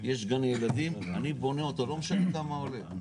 יש גני ילדים, אני בונה אותם, לא משנה כמה עולה.